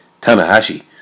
Tanahashi